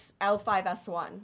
L5S1